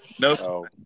No